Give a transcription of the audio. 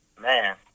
Man